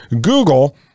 Google